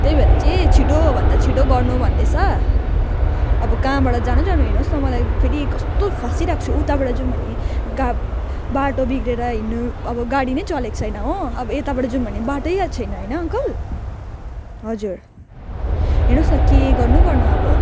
त्यही भएर चाहिँ छिटोभन्दा छिटो गर्नु भन्दैछ अब कहाँबाट जानु जानु हेर्नुहोस् न मलाई फेरि कस्तो फँसिरहेको छु उताबाट जाऊँ भने गा बाटो बिग्रिएर हिँड्नु अब गाडी नै चलेको छैन हो अब यताबाट जाऊँ भने बाटै छैन होइन अङ्कल हजुर हेर्नुहोस् न के गर्नु गर्नु अब